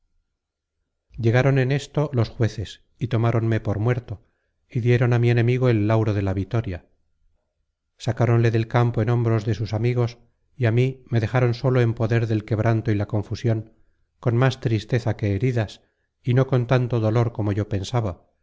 search generated at los jueces y tomáronme por muerto y dieron á mi enemigo el lauro de la vitoria sacáronle del campo en hombros de sus amigos y á mí me dejaron solo en poder del quebranto y la confusion con más tristeza que heridas y no con tanto dolor como yo pensaba